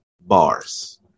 Bars